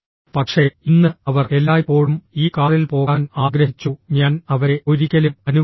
പക്ഷേ ഇന്ന് അവർ എല്ലായ്പ്പോഴും ഈ കാറിൽ പോകാൻ ആഗ്രഹിച്ചു ഞാൻ അവരെ ഒരിക്കലും അനുവദിച്ചില്ല